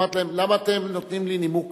אמרתי להם: למה אתם נותנים לי נימוק כזה?